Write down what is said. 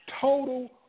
total